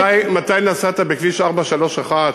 מתי נסעת בכביש 431,